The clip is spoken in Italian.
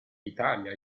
italia